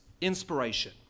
inspiration